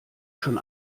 schon